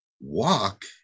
walk